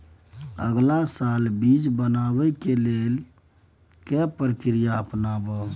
अगला साल बीज बनाबै के लेल के प्रक्रिया अपनाबय?